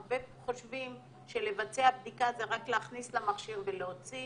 הרבה חושבים שלבצע בדיקה זה רק להכניס למכשיר ולהוציא,